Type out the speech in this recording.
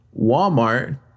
Walmart